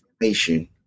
information